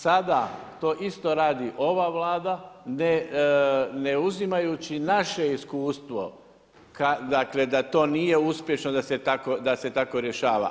Sada to isto radi ova Vlada ne uzimajući naše iskustvo da to nije uspješno da se tako rješava.